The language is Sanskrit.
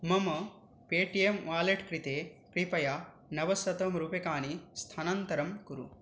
मम पे टि येम् वालेट् कृते कृपया नवशतं रूप्यकाणि स्थानान्तरं कुरु